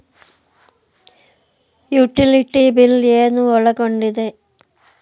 Utility bill ಏನು ಒಳಗೊಂಡಿದೆ?